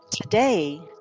Today